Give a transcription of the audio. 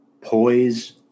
poise